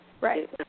Right